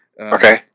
okay